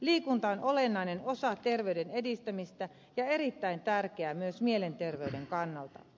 liikunta on olennainen osa ter veyden edistämistä ja erittäin tärkeää myös mielenterveyden kannalta